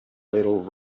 little